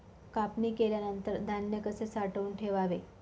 कापणी केल्यानंतर धान्य कसे साठवून ठेवावे?